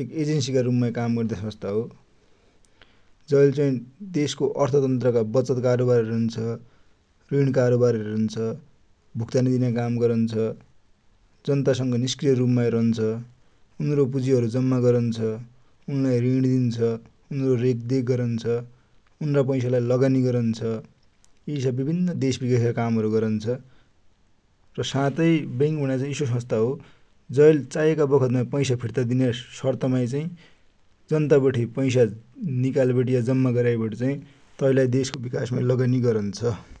एक एजेन्सि का रुप माइ काम गर्ने सस्था हो। जैले चाइ देश को अर्थतन्त्र को बचत कारोबार हरु हेरन्छ, रिण कारोबार हेरन्छ, भुक्तानि दिने काम गरन्छ, जनता सग निस्क्रिय रुप माइ बसन्छ, यिनरो पुजि हरु जम्मा गरन्छ, उनिलाइ रिण दिन्छ, उनरो रेख देख गरन्छ, उनरा पैसा लाइ लगानि गरन्छ। यि यसा बिभिन्न देस बिकास का काम हरु गरन्छ र साथै बैन्क भनेको इसो सस्था हो जैले चाहेका बखत माइ पैसा फिर्ता दिने सर्त माइ चाइ जनता बठे पैसा निकाल वा जम्मा गराइबटि तै लाइ देस को बिकासमा लगानि गरन्छ।